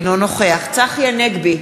אינו נוכח צחי הנגבי,